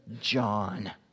John